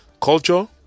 culture